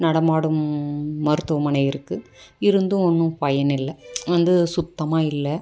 நடமாடும் மருத்துவமனை இருக்கு இருந்தும் ஒன்றும் பயனில்லை வந்து சுத்தமாக இல்லை